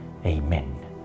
Amen